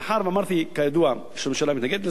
מאחר שאמרתי, כידוע, שהממשלה מתנגדת לזה,